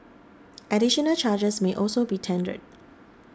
additional charges may also be tendered